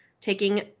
taking